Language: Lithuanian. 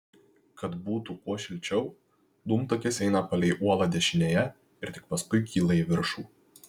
kad būtų kuo šilčiau dūmtakis eina palei uolą dešinėje ir tik paskui kyla į viršų